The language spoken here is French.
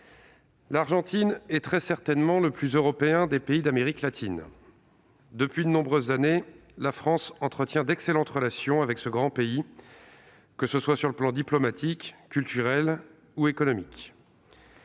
l'Argentine est très certainement le plus européen des pays d'Amérique latine. Depuis de nombreuses années, la France entretient d'excellentes relations avec ce grand pays, que ce soit sur le plan diplomatique, culturel ou économique.